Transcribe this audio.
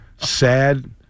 Sad